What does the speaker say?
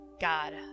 God